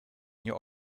your